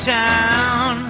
town